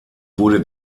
wurde